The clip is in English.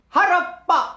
Harappa